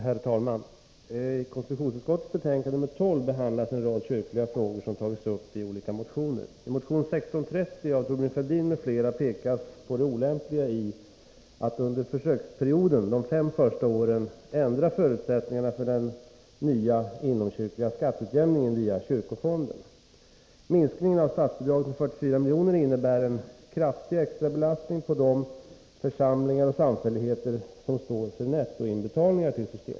Herr talman! I konstitutionsutskottets betänkande 12 behandlas en rad kyrkliga frågor som tagits upp i olika motioner. I motion 1630 av Thorbjörn Fälldin m.fl. pekas på det olämpliga i att under försöksperioden — de fem första åren — ändra förutsättningarna för den nya inomkyrkliga skatteutjämningen via kyrkofonden. Minskningen av statsbidraget med 44 milj.kr. innebär en kraftig extrabelastning på de församlingar och samfälligheter som står för nettoinbetalningar till systemet.